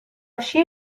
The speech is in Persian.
شیر